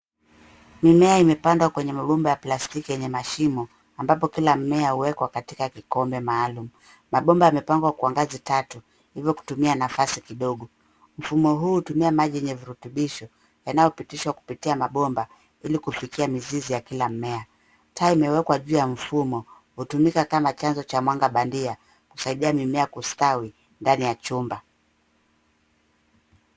Mimea imepandwa kwenye mabomba ya plastiki yenye mashimo ambapo kila mmea huwekwa katika kikombe maalum. Mabomba yamepangwa kwa ngazi tatu hivo kutumia nafasi ndogo. Mfumo huu hutumia maji yenye virutubisho yanayopitishwa kutumia mabomba ili kufikia mizizi ya kila mmea. Taa imewekwa juu ya mfumo. Hutumika kama chanzo cha mwanga bandia kusaidia mimea kustawi ndani ya chumba.